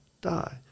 die